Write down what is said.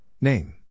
name